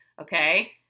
Okay